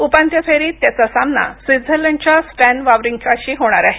उपांत्य फेरीत त्याचा सामना स्वित्झर्लंडच्या स्टॅन वावरिन्का शी होणार आहे